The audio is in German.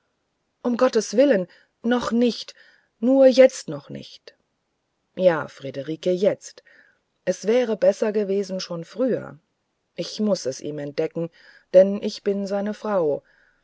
um gottes willen noch nicht nur jetzt noch nicht ja friederike jetzt es wäre besser gewesen schon früher ich muß es ihm entdecken denn ich bin seine frau